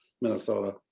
Minnesota